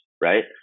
right